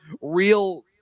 real